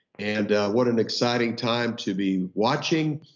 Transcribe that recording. and what an exciting time to be watching,